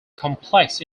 complex